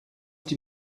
die